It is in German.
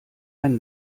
ein